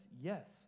yes